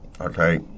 okay